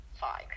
five